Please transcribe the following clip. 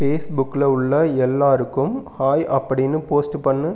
ஃபேஸ்புக்கில் உள்ள எல்லோருக்கும் ஹாய் அப்படின்னு போஸ்ட் பண்ணு